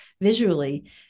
visually